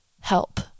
help